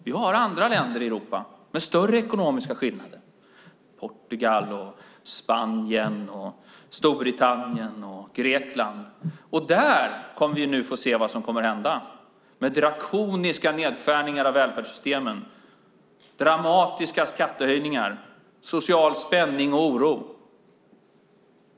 Vi har andra länder i Europa med större ekonomiska skillnader, Portugal, Spanien, Storbritannien och Grekland. Där kommer vi nu att få se vad som kommer att hända, med drakoniska nedskärningar av välfärdssystemen, dramatiska skattehöjningar, social spänning och oro.